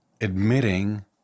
admitting